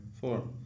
Four